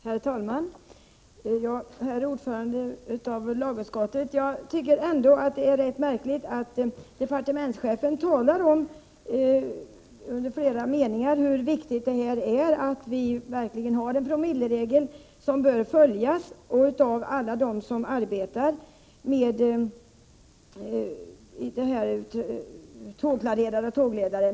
Herr talman! Jag tycker, herr ordförande i lagutskottet, ändå att det är rätt märkligt att departementschefen i flera meningar talar om hur viktigt det är att vi verkligen har en promilleregel som bör följas av alla dem som arbetar på detta område — tågklarerare och tågledare.